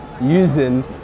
using